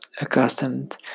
accustomed